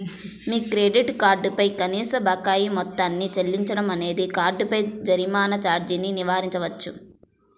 మీ credit card పై కనీస బకాయి మొత్తాన్ని చెల్లించడం అనేది కార్డుపై జరిమానా ఛార్జీని నివారించవచ్చు